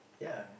ya